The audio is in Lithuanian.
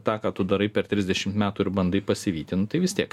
tą ką tu darai per trisdešimt metų ir bandai pasivyti nu tai vis tiek